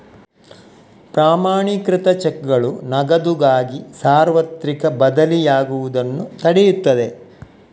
ಪ್ರಮಾಣೀಕೃತ ಚೆಕ್ಗಳು ನಗದುಗಾಗಿ ಸಾರ್ವತ್ರಿಕ ಬದಲಿಯಾಗುವುದನ್ನು ತಡೆಯುತ್ತದೆ